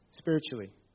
Spiritually